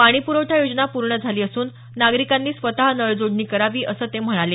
पाणी प्रखठा योजना पूर्ण झाली असून नागरिकांनी स्वतः नळजोडणी करावी असं ते म्हणाले